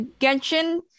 Genshin